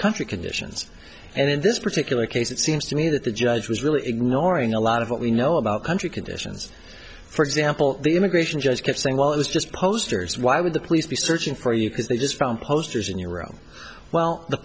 country conditions and in this particular case it seems to me that the judge was really ignoring a lot of what we know about country conditions for example the immigration judge kept saying well it's just posters why would the police be searching for you because they just found posters in your room well the